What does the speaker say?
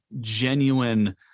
genuine